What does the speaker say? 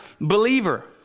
believer